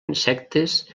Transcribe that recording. insectes